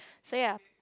so ya